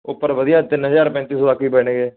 ਉੱਪਰ ਵਧੀਆ ਤਿੰਨ ਹਜ਼ਾਰ ਪੈਂਤੀ ਸੌ ਤੱਕ ਵੀ ਪਏ ਨੇ